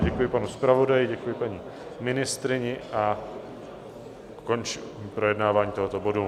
Děkuji panu zpravodaji, děkuji paní ministryni a končím projednávání tohoto bodu.